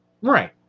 Right